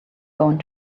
going